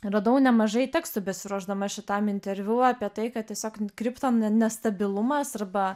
radau nemažai tekstų besiruošdama šitam interviu apie tai kad tiesiog kriptos nestabilumas arba